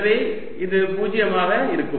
எனவே இது 0 ஆக இருக்கும்